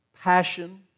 passion